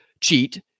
cheat